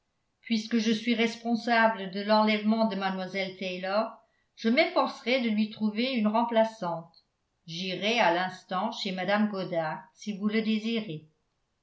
puisque je suis responsable de l'enlèvement de mlle taylor je m'efforcerai de lui trouver une remplaçante j'irai à l'instant chez mme goddard si vous le désirez